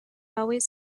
always